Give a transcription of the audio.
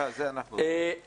זה גם אנחנו קיבלנו.